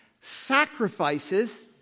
sacrifices